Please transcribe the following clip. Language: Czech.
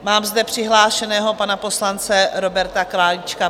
Mám zde přihlášeného pana poslance Roberta Králíčka.